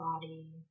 body